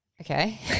Okay